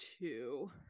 two